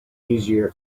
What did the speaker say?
easier